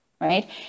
right